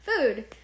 food